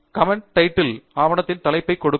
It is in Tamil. கமன்ட் டைட்டில் ஆவணத்தின் தலைப்பை கொடுக்கும்